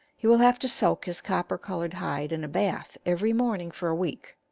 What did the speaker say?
he will have to soak his copper-colored hide in a bath every morning for a week,